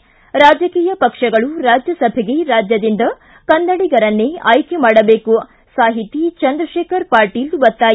ಿ ರಾಜಕೀಯ ಪಕ್ಷಗಳು ರಾಜ್ಯಸಭೆಗೆ ರಾಜ್ಯದಿಂದ ಕನ್ನಡಿಗರನ್ನೇ ಆಯ್ತೆ ಮಾಡಬೇಕು ಸಾಹಿತಿ ಚಂದ್ರಶೇಖರ್ ಪಾಟೀಲ ಒತ್ತಾಯ